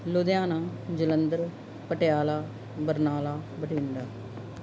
Ludhiana Jalandhar Patiala Barnala Bathinda